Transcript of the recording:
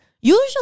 Usually